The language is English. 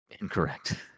Incorrect